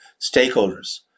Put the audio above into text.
Stakeholders